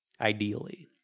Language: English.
ideally